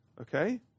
Okay